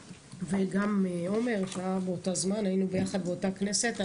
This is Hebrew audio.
וגם עמר שהיה באותו זמן, היינו ביחד באותה כנסת.